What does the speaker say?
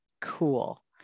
cool